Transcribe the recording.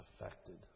affected